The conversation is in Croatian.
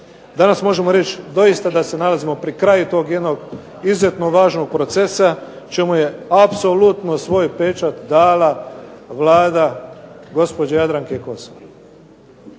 danas možemo reći da se nalazimo doista pri kraju jednog takvog izrazito važnog procesa, čemu je apsolutno svoj pečat dala Vlada gospođe Jadranke Kosor.